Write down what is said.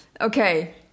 Okay